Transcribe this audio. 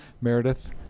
Meredith